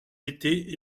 étaient